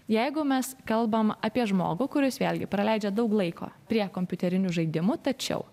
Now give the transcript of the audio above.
jeigu mes kalbam apie žmogų kuris vėlgi praleidžia daug laiko prie kompiuterinių žaidimų tačiau